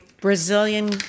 Brazilian